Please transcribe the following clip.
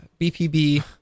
BPB